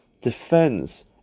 defends